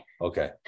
Okay